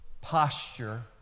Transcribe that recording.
posture